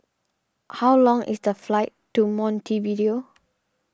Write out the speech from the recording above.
how long is the flight to Montevideo